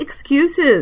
excuses